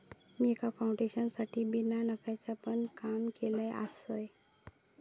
मी एका फाउंडेशनसाठी बिना नफ्याचा पण काम केलय आसय